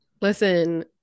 Listen